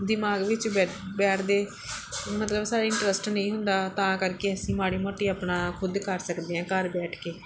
ਦਿਮਾਗ ਵਿੱਚ ਬੈਠ ਬੈਠਦੇ ਮਤਲਬ ਸਾਡਾ ਇੰਟਰਸਟ ਨਹੀਂ ਹੁੰਦਾ ਤਾਂ ਕਰਕੇ ਅਸੀਂ ਮਾੜੀ ਮੋਟੀ ਆਪਣਾ ਖੁਦ ਕਰ ਸਕਦੇ ਹਾਂ ਘਰ ਬੈਠ ਕੇ